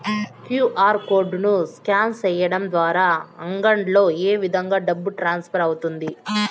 QR code ను scan సేయడం ద్వారా అంగడ్లలో ఏ విధంగా డబ్బు ట్రాన్స్ఫర్ అవుతుంది